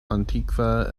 antikva